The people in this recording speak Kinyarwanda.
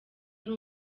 ari